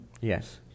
Yes